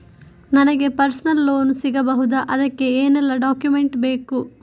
ನನಗೆ personal loan ಸಿಗಬಹುದ ಅದಕ್ಕೆ ಏನೆಲ್ಲ ಡಾಕ್ಯುಮೆಂಟ್ ಬೇಕು?